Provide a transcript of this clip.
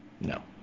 No